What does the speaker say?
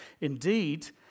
Indeed